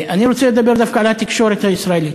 אני רוצה לדבר דווקא על התקשורת הישראלית.